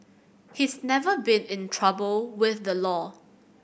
he's never been in trouble with the law